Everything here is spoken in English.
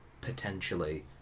potentially